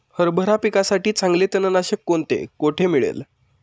हरभरा पिकासाठी चांगले तणनाशक कोणते, कोठे मिळेल?